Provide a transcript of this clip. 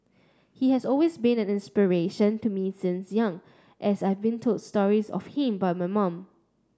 he has always been an inspiration to me since young as I've been told stories of him by my mum